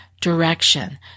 direction